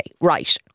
right